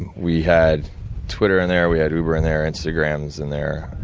and we had twitter in there, we had uber in there, instagram is in there.